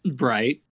right